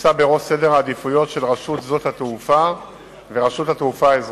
נמצא בראש סדר העדיפויות של רשות שדות התעופה ורשות התעופה האזרחית.